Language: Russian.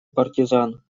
партизан